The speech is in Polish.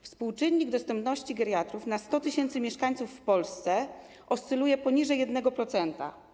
Współczynnik dostępności geriatrów na 100 tys. mieszkańców w Polsce oscyluje poniżej 1%.